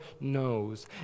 knows